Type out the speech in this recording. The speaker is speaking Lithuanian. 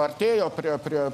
artėjo priėjo prie prie